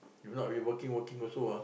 if not we working working also ah